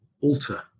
alter